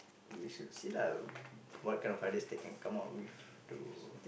we should see lah what kind of ideas they can come up with to